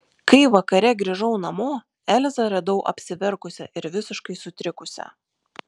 kai vakare grįžau namo elzę radau apsiverkusią ir visiškai sutrikusią